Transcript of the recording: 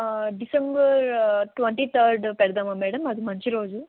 December twenty third పెడదామా madam అది మంచి రోజు